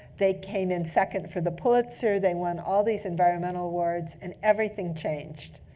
they came in second for the pulitzer. they won all these environmental awards. and everything changed.